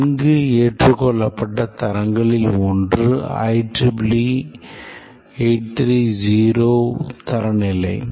நன்கு ஏற்றுக்கொள்ளப்பட்ட தரங்களில் ஒன்று IEEE 830 தரநிலை